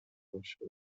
نشه